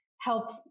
help